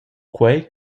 quei